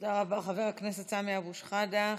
תודה רבה, חבר הכנסת סמי אבו שחאדה.